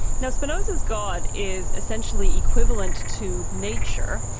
now spinoza's god is essentially equivalent to nature,